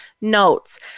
notes